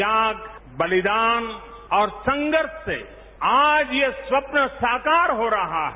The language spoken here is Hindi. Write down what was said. त्याग बलिदान और संघर्ष से आज ये स्वप्न साकार हो रहा है